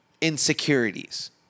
insecurities